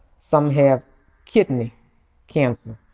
some have kidney cancer.